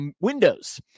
windows